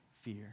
fear